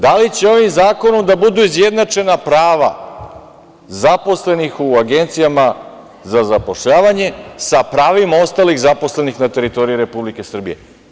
Da li će ovim zakonom da budu izjednačena prava zaposlenih u agencijama za zapošljavanje sa pravima ostalih zaposlenih na teritoriji Republike Srbije?